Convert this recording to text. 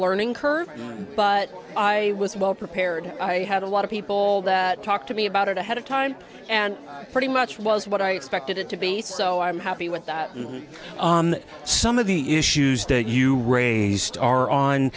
learning curve but i was well prepared i had a lot of people that talk to me about it ahead of time and pretty much was what i expected it to be so i'm happy with that and some of the issues that you raised are on